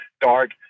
dark